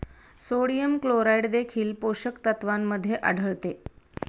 sodium chloride देखील पोषक तत्वांमध्ये आढळते